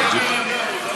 חאג' יחיא?